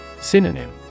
Synonym